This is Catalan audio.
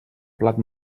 plat